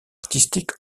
artistique